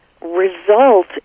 result